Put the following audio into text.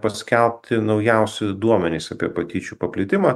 paskelbti naujausi duomenys apie patyčių paplitimą